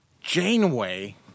Janeway